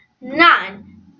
nine